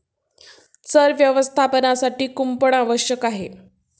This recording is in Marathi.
चर व्यवस्थापनासाठी कुंपण आवश्यक आहे